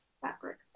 fabric